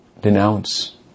denounce